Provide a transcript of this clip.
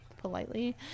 politely